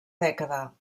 dècada